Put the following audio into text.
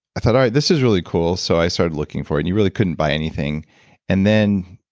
i thought, all right. this is really cool. so i started looking for it. you really couldn't buy anything and then,